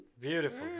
beautiful